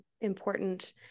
important